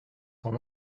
son